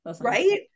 right